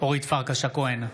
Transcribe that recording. אורית פרקש הכהן,